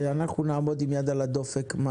אנחנו נעמוד עם יד על הדופק, מה